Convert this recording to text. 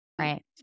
Right